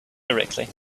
directly